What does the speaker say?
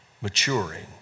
maturing